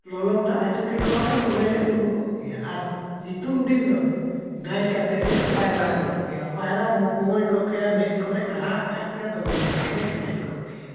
ᱞᱚᱞᱚ ᱫᱟᱜ ᱦᱚᱪᱚ ᱠᱮᱠᱚᱣᱟᱞᱮ ᱛᱚᱵᱮ ᱞᱮ ᱩᱢ ᱠᱚᱜ ᱠᱮᱭᱟ ᱟᱨ ᱥᱤᱛᱩᱝ ᱫᱤᱱ ᱫᱚ ᱫᱟᱹᱲ ᱠᱟᱛᱮᱫ ᱞᱮ ᱯᱟᱭᱨᱟ ᱠᱚᱜ ᱠᱮᱭᱟ ᱯᱟᱭᱨᱟ ᱢᱚᱠᱚᱧ ᱠᱚᱜ ᱠᱮᱭᱟ ᱢᱮᱫ ᱠᱚᱞᱮ ᱟᱨᱟᱜ ᱠᱟᱜ ᱠᱮᱭᱟ ᱛᱚᱵᱮ ᱡᱟᱠᱮᱞᱮ ᱦᱮᱡ ᱠᱚᱜ ᱠᱮᱭᱟ